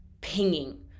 pinging